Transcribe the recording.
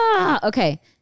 Okay